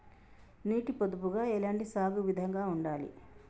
నీటి పొదుపుగా ఎలాంటి సాగు విధంగా ఉండాలి?